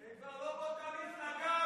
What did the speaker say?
הם כבר לא באותה מפלגה.